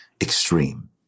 extreme